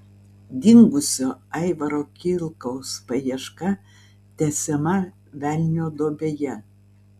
dingusio aivaro kilkaus paieška tęsiama velnio duobėje